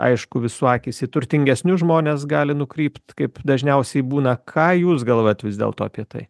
aišku visų akys į turtingesnius žmones gali nukrypt kaip dažniausiai būna ką jūs galvojat vis dėlto apie tai